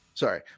Sorry